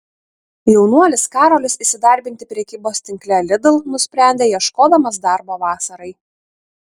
jaunuolis karolis įsidarbinti prekybos tinkle lidl nusprendė ieškodamas darbo vasarai